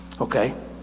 Okay